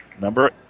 Number